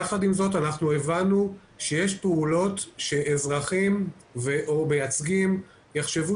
יחד עם זאת הבנו שיש פעולות שאזרחים או מייצגים יחשבו